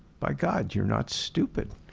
my god you're not stupid!